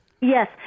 Yes